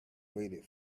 waited